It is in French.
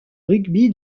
rugby